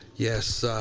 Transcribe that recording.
yes